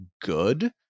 good